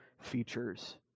features